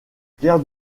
pierre